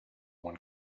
one